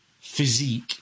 physique